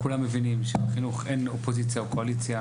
כולם מבינים שבחינוך אין אופוזיציה או קואליציה.